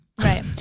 right